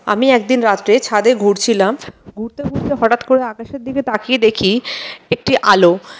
আমি একদিন রাত্রে ছাদে ঘুরছিলাম ঘুরতে ঘুরতে হঠাৎ করে আকাশের দিকে তাকিয়ে দেখি একটি আলো